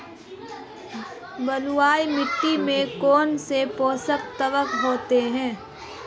बलुई मिट्टी में कौनसे पोषक तत्व होते हैं?